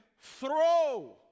Throw